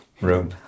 room